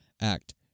act